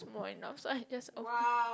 two more enough so I just over